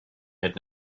had